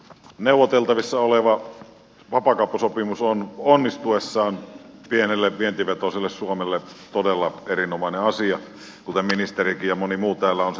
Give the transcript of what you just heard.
neuvoteltavissa oleva vapaakauppasopimus on onnistuessaan pienelle vientivetoiselle suomelle todella erinomainen asia kuten ministerikin ja moni muu täällä on todennut